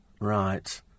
Right